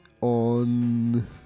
on